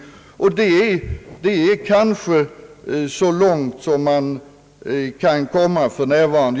Längre kan man kanske inte komma för närvarande.